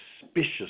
suspicious